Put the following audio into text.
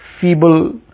feeble